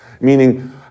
meaning